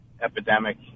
epidemic